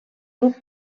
grup